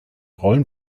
rollen